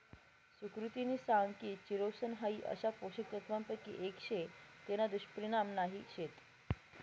सुकृतिनी सांग की चिरोसन हाई अशा पोषक तत्वांपैकी एक शे तेना दुष्परिणाम नाही शेत